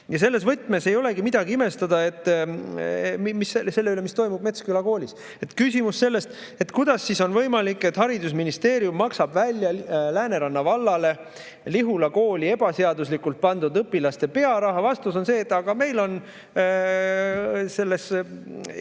Ja selles võtmes ei olegi midagi imestada selle üle, mis toimub Metsküla koolis. Küsimus sellest, et kuidas on võimalik, et haridusministeerium maksab välja Lääneranna vallale Lihula kooli ebaseaduslikult pandud õpilaste pearaha. Vastus on see, et meil on nad